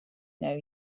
know